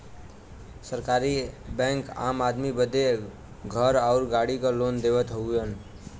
सरकारी बैंक आम आदमी बदे घर आउर गाड़ी पर लोन देवत हउवन